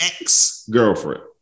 ex-girlfriend